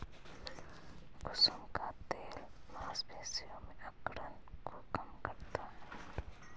कुसुम का तेल मांसपेशियों में अकड़न को कम करता है